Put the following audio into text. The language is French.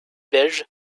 belges